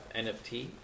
NFT